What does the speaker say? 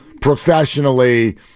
professionally